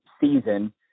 season